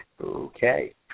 Okay